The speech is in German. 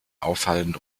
auffallend